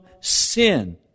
sin